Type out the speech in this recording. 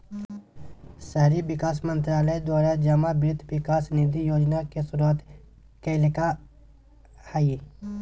शहरी विकास मंत्रालय द्वारा जमा वित्त विकास निधि योजना के शुरुआत कल्कैय हइ